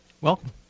Welcome